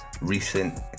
recent